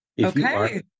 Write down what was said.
Okay